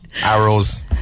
arrows